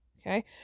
Okay